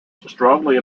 strongly